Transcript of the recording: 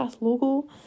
logo